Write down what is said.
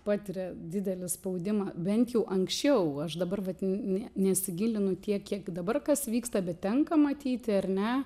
patiria didelį spaudimą bent jau anksčiau aš dabar vat ne ne nesigilinu tiek kiek dabar kas vyksta bet tenka matyti ar ne